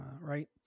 right